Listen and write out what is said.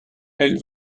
elle